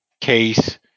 case